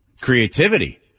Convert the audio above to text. Creativity